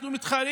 אנחנו מתחרים